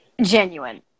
Genuine